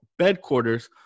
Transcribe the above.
Bedquarters